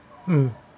mm